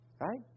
Right